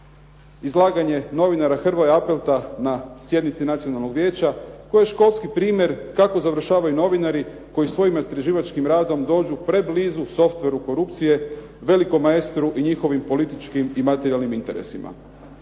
izlaganje novinara Hrvoja Appelta na sjednici Nacionalnog vijeća koji je školski primjer kako završavaju novinari koji svojim istraživačkim radom dođu preblizu softwareu korupcije, velikom maestru i njihovim političkim i materijalnim interesima.